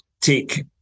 take